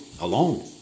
alone